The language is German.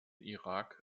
irak